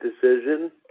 decision